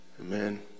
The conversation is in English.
Amen